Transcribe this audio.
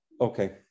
Okay